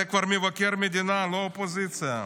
זה כבר מבקר המדינה, לא אופוזיציה.